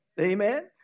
Amen